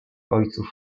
ojców